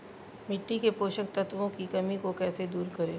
मिट्टी के पोषक तत्वों की कमी को कैसे दूर करें?